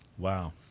Wow